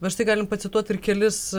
va štai galim pacituot ir kelis